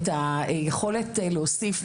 את היכולת להוסיף,